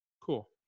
Cool